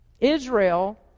Israel